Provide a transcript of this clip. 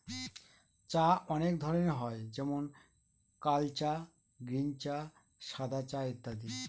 চা অনেক ধরনের হয় যেমন কাল চা, গ্রীন চা, সাদা চা ইত্যাদি